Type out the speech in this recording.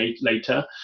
later